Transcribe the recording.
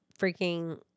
freaking